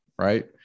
right